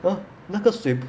!huh! 那个水不